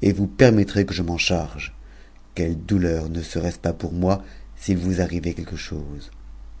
et vous permettrez que j m quelle douleur ne serait-ce pas pour moi s'il vous arrivait quelouc chose